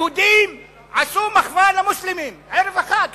היהודים עשו מחווה למוסלמים ערב החג,